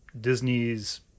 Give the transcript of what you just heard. Disney's